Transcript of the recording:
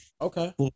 Okay